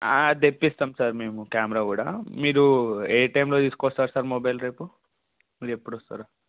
తెప్పిస్తాం sir మేము camera కూడా మీరు ఏ టైంలో తీసుకొస్తారు సార్ మొబైల్ రేపు మీరు ఎప్పుడొస్తారు